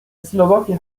slovakia